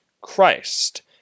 Christ